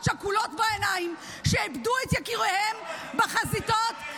שכולות שאיבדו את יקיריהן בחזיתות -- טלי,